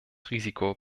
risiko